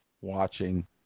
watching